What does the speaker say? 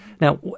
Now